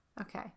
Okay